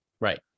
Right